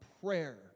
prayer